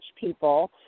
people